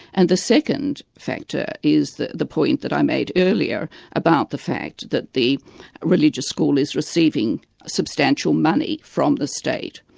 and the second factor is the the point that i made earlier about the fact that the religious school is receiving substantial money from the state,